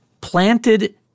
planted